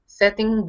setting